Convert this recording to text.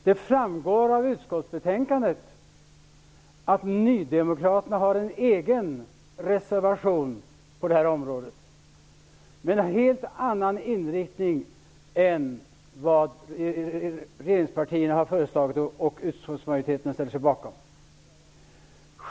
Det framgår av utskottsbetänkandet att nydemokraterna har en egen reservation på det här området med en helt annan inriktning än regeringspartiernas förslag.